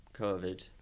COVID